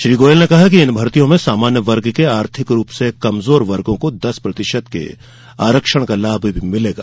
श्री गोयल ने कहा कि इन भर्तियों में सामान्य वर्ग के आर्थिक रूप से कमजोर वर्गो को दस प्रतिशत के आरक्षण का लाभ मिलेगा